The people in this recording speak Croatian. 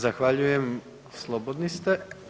Zahvaljujem, slobodni ste.